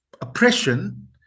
oppression